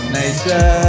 nature